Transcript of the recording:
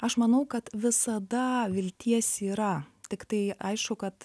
aš manau kad visada vilties yra tiktai aišku kad